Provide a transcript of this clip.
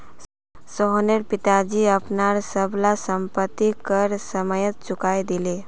सोहनेर पिताजी अपनार सब ला संपति कर समयेत चुकई दिले